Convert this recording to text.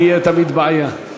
תהיה תמיד בעיה.